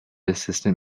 assistant